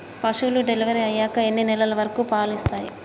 పశువులు డెలివరీ అయ్యాక ఎన్ని నెలల వరకు పాలు ఇస్తాయి?